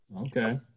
Okay